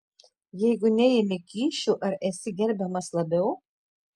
jeigu neimi kyšių ar esi gerbiamas labiau